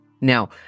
Now